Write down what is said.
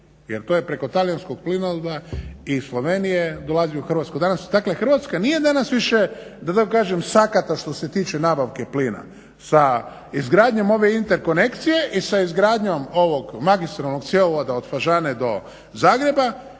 Afrike jer preko talijanskog plinovoda i Slovenije dolazi u Hrvatsku danas. Dakle Hrvatska nije danas više da tako kažem sakata što se tiče nabavke plina. Sa izgradnjom ove interkonekcije i sa izgradnjom ovog magistralnog cjevovoda od Fažane do Zagreba